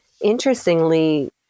interestingly